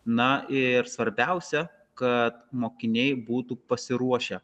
na ir svarbiausia kad mokiniai būtų pasiruošę